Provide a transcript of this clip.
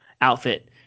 outfit